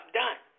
done